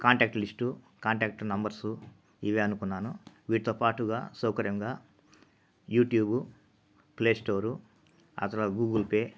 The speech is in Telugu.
కాంటాక్ట్ లిస్టు కాంటాక్ట్ నంబర్సు ఇవే అనుకున్నాను వీటితో పాటుగా సౌకర్యంగా యూట్యూబు ప్లే స్టోరు ఆ తర్వాత గూగుల్ పే